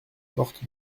porte